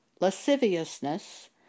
lasciviousness